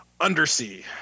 Undersea